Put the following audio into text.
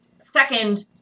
second